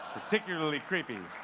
particularly creepy.